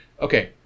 Okay